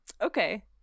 okay